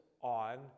on